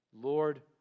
Lord